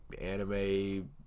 anime